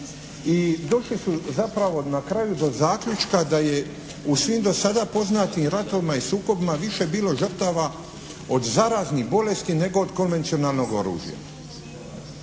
i došli su zapravo na kraju do zaključka da je u svim do sada poznatim ratovima i sukobima više bilo žrtava od zaraznih bolesti nego od konvencionalnog oružja.